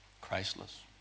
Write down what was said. Christless